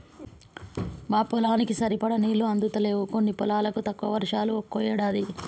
పొలానికి సరిపడా నీళ్లు అందుతలేవు కొన్ని పొలాలకు, తక్కువ వర్షాలు ఒక్కో ఏడాది